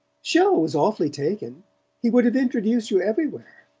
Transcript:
chelles was awfully taken he would have introduced you everywhere.